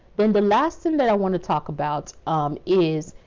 then, the last thing that i want to. talk about um is,